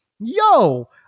yo